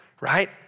right